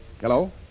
Hello